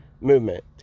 movement